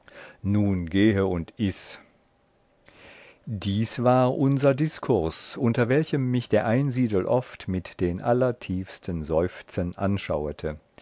nun gehe und iß dies war unser diskurs unter welchem mich der einsiedel oft mit den allertiefsten seufzen anschauete